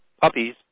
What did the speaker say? puppies